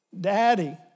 Daddy